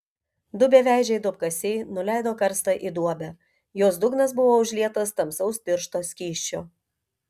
du beveidžiai duobkasiai nuleido karstą į duobę jos dugnas buvo užlietas tamsaus tiršto skysčio